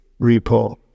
repo